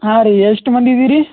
ಹಾಂ ರೀ ಎಷ್ಟು ಮಂದಿ ಇದೀರಿ